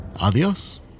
Adios